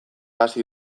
hasi